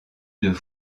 deux